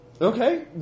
Okay